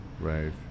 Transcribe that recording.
Right